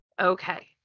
Okay